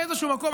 באיזשהו מקום,